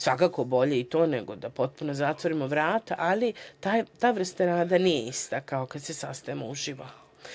Svakako, bolje i to, nego da potpuno zatvorimo vrata, ali ta vrsta rada nije ista kao kada se sastanemo uživo.